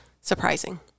surprising